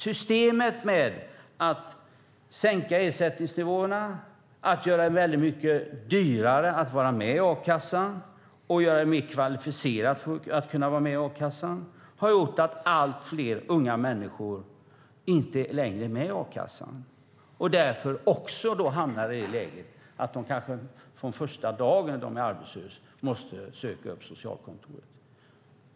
Systemet med att sänka ersättningsnivåerna, göra det väldigt mycket dyrare att vara med i a-kassan och ställa högre krav för att få vara med i a-kassan har gjort att allt fler unga människor inte längre är med i a-kassan och därför också hamnar i läget att de kanske från första dagen de är arbetslösa måste söka upp socialkontoret.